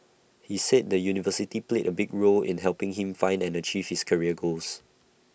he said the university played A big role in helping him find and achieve his career goals